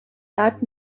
that